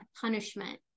punishment